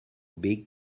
big